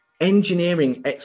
engineering